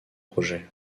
projet